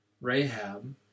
Rahab